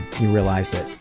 you realize that